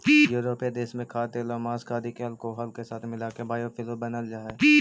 यूरोपीय देश में खाद्यतेलआउ माँस आदि के अल्कोहल के साथ मिलाके बायोफ्यूल बनऽ हई